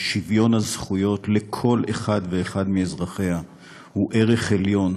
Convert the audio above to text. ששוויון הזכויות לכל אחד ואחד מאזרחיה הוא ערך עליון